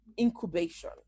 incubation